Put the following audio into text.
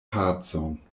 pacon